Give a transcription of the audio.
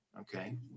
okay